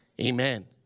Amen